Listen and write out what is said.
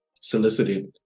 solicited